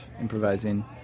improvising